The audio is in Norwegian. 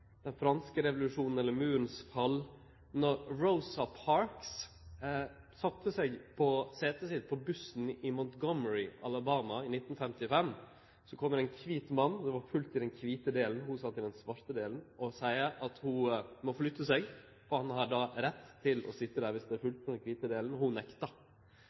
den franske revolusjonen eller Murens fall. Då Rosa Parks sette seg på setet sitt på bussen i Montgomery i Alabama i 1955, kjem ein kvit mann – det var fullt i den kvite delen, ho sat i den svarte delen – og seier at ho må flytte seg, for han har rett til å sitje der viss det er fullt i den kvite delen. Ho